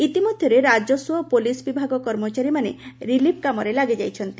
ଇତିମଧ୍ୟରେ ରାଜସ୍ୱ ଓ ପୋଲିସ୍ ବିଭାଗ କର୍ମଚାରୀମାନେ ରିଲିଫ୍ କାମରେ ଲାଗିଯାଇଛନ୍ତି